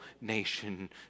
nation